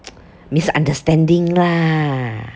misunderstanding lah